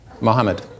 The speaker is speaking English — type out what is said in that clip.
Mohammed